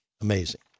Amazing